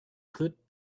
clip